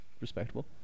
respectable